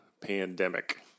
pandemic